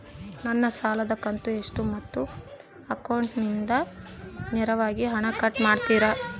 ನನ್ನ ಸಾಲದ ಕಂತು ಎಷ್ಟು ಮತ್ತು ಅಕೌಂಟಿಂದ ನೇರವಾಗಿ ಹಣ ಕಟ್ ಮಾಡ್ತಿರಾ?